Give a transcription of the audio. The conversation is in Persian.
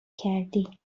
کردی